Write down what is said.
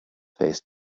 faced